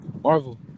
Marvel